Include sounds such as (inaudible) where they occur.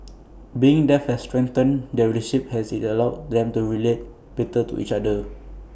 (noise) being deaf has strengthened their relationship as IT allowed (noise) them to relate better to each other